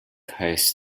hosts